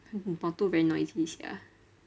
the motor very noisy sia